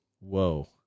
Whoa